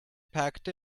packed